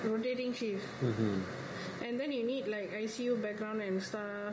rotating shift and then you need like I_C_U background and stuff